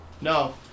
No